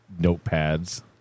notepads